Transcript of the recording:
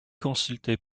consulté